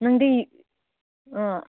ꯅꯪꯗꯤ ꯑꯥ